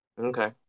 Okay